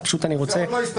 אז זה עוד לא הסתייגות.